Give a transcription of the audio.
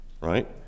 right